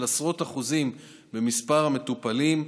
של עשרות אחוזים במספר הטיפולים,